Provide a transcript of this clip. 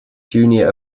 junior